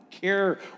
care